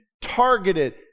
targeted